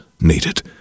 needed